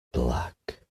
black